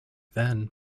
then